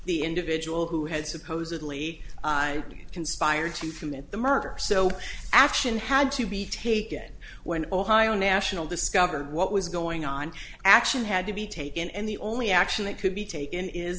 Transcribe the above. the individual who had supposedly conspired to commit the murder so action had to be taken when ohio national discovered what was going on action had to be taken and the only action that could be taken i